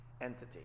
entity